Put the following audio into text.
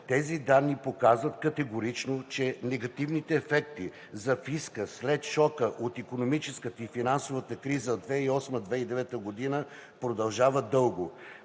Тези данни показват категорично, че негативните ефекти за фиска, след шока от икономическата и финансовата криза 2008 – 2009 г., продължават дълго.